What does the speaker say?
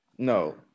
No